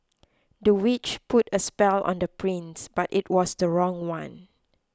the witch put a spell on the prince but it was the wrong one